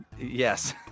Yes